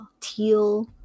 teal